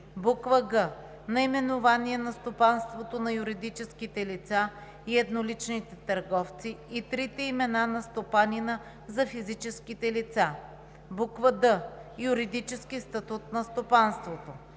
г) наименование на стопанството на юридическите лица и едноличните търговци и трите имена на стопанина за физическите лица; д) юридически статут на стопанството;